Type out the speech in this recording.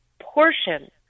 portion